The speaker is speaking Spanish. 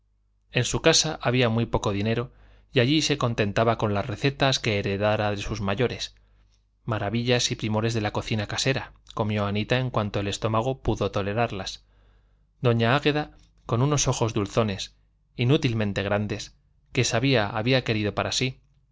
en su casa había muy poco dinero y allí se contentaba con las recetas que heredara de sus mayores maravillas y primores de la cocina casera comió anita en cuanto el estómago pudo tolerarlas doña águeda con unos ojos dulzones inútilmente grandes que nadie había querido para sí